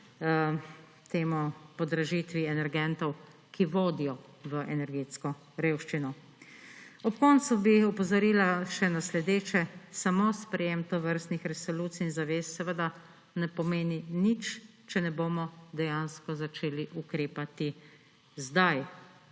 priča podražitvi energentov, ki vodi v energetsko revščino. Ob koncu bi opozorila še na sledeče; samo sprejetje tovrstnih resolucij in zavez seveda ne pomeni nič, če ne bomo dejansko začeli ukrepati zdaj.